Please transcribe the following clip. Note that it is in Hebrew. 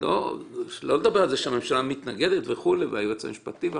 לא לדבר על זה שהממשלה והיועץ המשפטי מתנגדים.